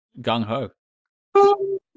gung-ho